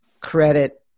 credit